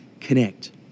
Connect